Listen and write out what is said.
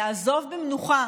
יעזוב במנוחה